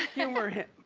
humor him.